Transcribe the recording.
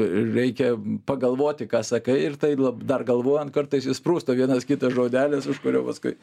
reikia pagalvoti ką sakai ir tai dar galvojant kartais išsprūsta vienas kitas žodelis už kurio paskui